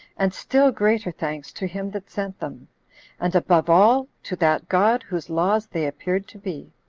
and still greater thanks to him that sent them and, above all, to that god whose laws they appeared to be.